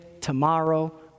tomorrow